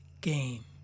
game